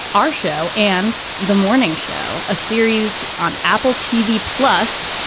our show and the morning show, a series on apple tv. plus,